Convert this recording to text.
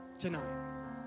tonight